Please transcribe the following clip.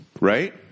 Right